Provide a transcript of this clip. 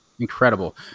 Incredible